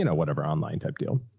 you know whatever, online type deal.